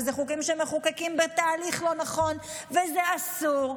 וזה חוקים שמחוקקים בתהליך לא נכון וזה אסור,